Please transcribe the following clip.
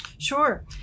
Sure